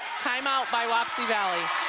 time-out by wapsie valley.